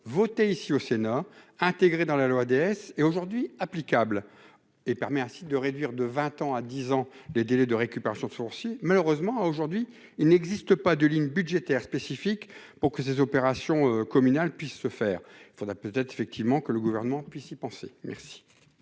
voter ici au Sénat, intégré dans la loi DS est aujourd'hui applicable et permet ainsi de réduire de 20 ans à 10 ans, les délais de récupération de sourcils malheureusement aujourd'hui, il n'existe pas de ligne budgétaire spécifique pour que ces opérations communal puisse se faire, il faudra peut-être effectivement que le gouvernement puisse y penser. Merci,